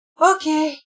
okay